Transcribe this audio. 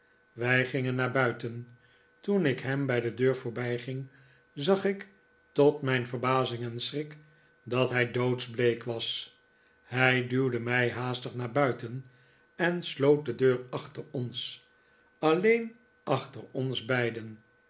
wij gingen naar buiten toen ik hem bij de deur voorbijging zag ik tot mijn verbazing en schrik dat hij doodsbleek was hij duwde mij haastig naar buiten en sloot de deur achter ons alleen achter ons beiden